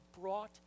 brought